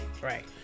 Right